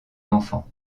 enfants